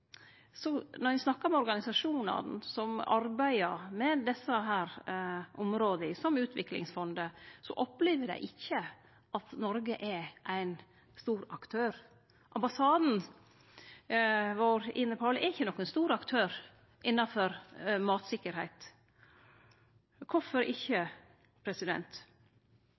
når ein snakkar med organisasjonane som arbeider med desse områda, som Utviklingsfondet, opplever ikkje dei at Noreg er ein stor aktør. Ambassaden vår i Nepal er ikkje nokon stor aktør innanfor mattryggleik. Kvifor ikkje?